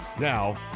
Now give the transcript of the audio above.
Now